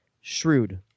shrewd